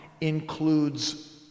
includes